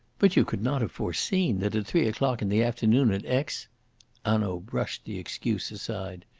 but you could not have foreseen that at three o'clock in the afternoon at aix hanaud brushed the excuse aside.